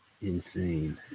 Insane